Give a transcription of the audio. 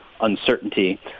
uncertainty